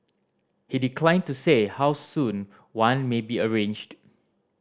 he declined to say how soon one may be arranged